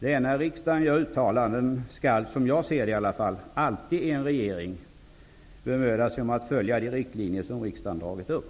När riksdagen gör uttalanden skall, som jag ser det i alla fall, alltid en regering bemöda sig om att följa de riktlinjer som riksdagen dragit upp.